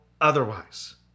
otherwise